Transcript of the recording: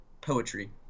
poetry